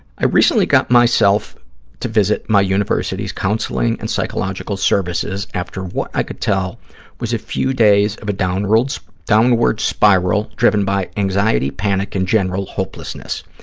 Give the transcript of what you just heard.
i recently got myself to visit my university's counseling and psychological services after what i could tell was a few days of a downward so downward spiral driven by anxiety, panic and general hopelessness.